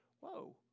whoa